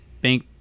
bank